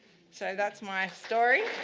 so, that's my story.